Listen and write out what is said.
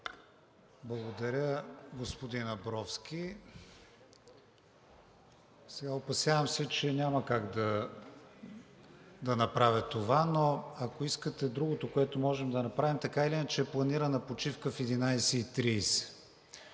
Благодаря, господин Абровски. Опасявам се, че няма как да направя това, но ако искате, другото, което можем да направим, така или иначе е планирана почивка в 11,30